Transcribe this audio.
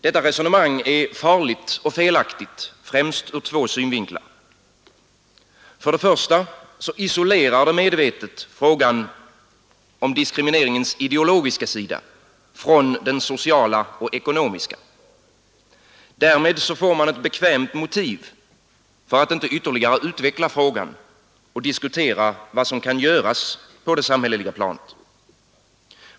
Detta resonemang är farligt och felaktigt främst ur två synvinklar. För det första isolerar det medvetet frågan om diskrimineringens ideologiska sida från den sociala och den ekonomiska. Därmed får man ett bekvämt motiv för att inte ytterligare utveckla frågan och diskutera vad som kan göras på det samhälleliga planet.